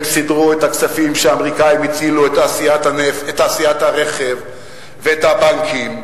הם סידרו את הכספים שהאמריקנים הצילו את תעשיית הרכב ואת הבנקים,